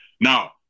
Now